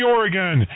Oregon